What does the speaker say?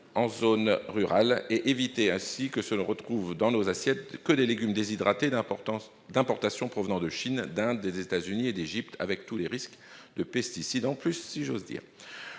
en zone rurale, et éviter ainsi que ne se retrouvent dans nos assiettes que des légumes déshydratés d'importation, provenant de Chine, d'Inde, des États-Unis et d'Égypte, avec tous les risques liés à la présence de pesticides en plus, si j'ose dire.